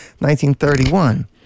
1931